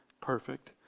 perfect